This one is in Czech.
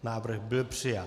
Návrh byl přijat.